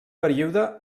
període